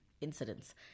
incidents